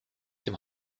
dem